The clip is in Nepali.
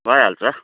भइहाल्छ